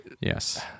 Yes